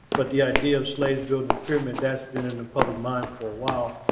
but the idea of slaves building the pyramid, that's been in the public mind for awhile.